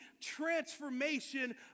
transformation